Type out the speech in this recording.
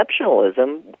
exceptionalism